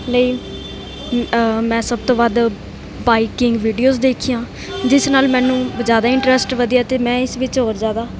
ਲਈ ਮੈਂ ਸਭ ਤੋਂ ਵੱਧ ਬਾਈਕਿੰਗ ਵੀਡੀਓਜ ਦੇਖੀਆਂ ਜਿਸ ਨਾਲ ਮੈਨੂੰ ਜ਼ਿਆਦਾ ਇੰਟਰਸਟ ਵਧਿਆ ਅਤੇ ਮੈਂ ਇਸ ਵਿੱਚ ਹੋਰ ਜ਼ਿਆਦਾ